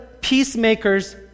peacemakers